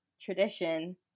tradition